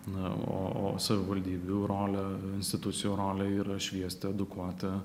na o o savivaldybių rolė institucijų rolė yra šviesti edukuoti